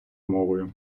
мовою